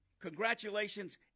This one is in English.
congratulations